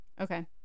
Okay